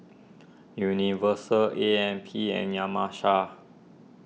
Universal A M P and